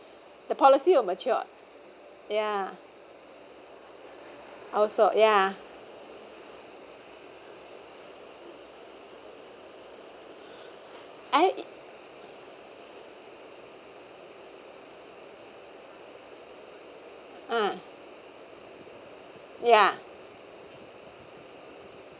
the policy will mature ya also ya I uh ya